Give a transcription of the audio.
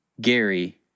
Gary